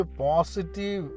positive